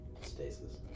stasis